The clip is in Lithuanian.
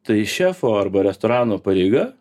tai šefo arba restorano pareiga